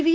V